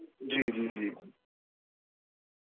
جی جی جی